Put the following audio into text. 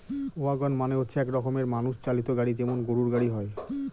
wagon মানে হচ্ছে এক রকমের মানুষ চালিত গাড়ি যেমন গরুর গাড়ি হয়